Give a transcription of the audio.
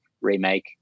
remake